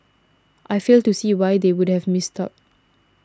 I fail to see why they would have missed out